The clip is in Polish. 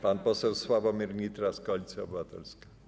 Pan poseł Sławomir Nitras, Koalicja Obywatelska.